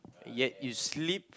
yet you sleep